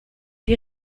die